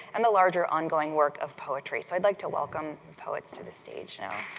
and the larger ongoing work of poetry. so i'd like to welcome the poets to the stage now.